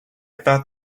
thought